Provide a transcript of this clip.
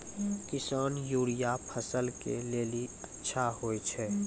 किसान यूरिया फसल के लेली अच्छा होय छै?